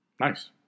nice